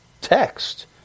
text